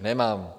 Nemám.